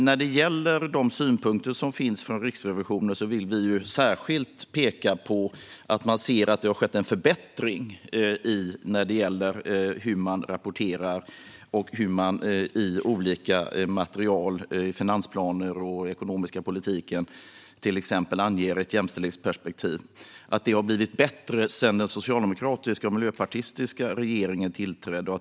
När det gäller Riksrevisionens synpunkter vill vi särskilt peka på att de ser en förbättring i fråga om hur man rapporterar och i olika material, till exempel i finansplaner och den ekonomiska politiken, anger ett jämställdhetsperspektiv. Det har blivit bättre sedan den socialdemokratiska och miljöpartistiska regeringen tillträdde.